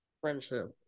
Friendship